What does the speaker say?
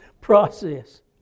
process